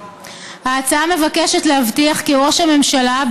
ההצעה מבקשת להבטיח כי ראש הממשלה,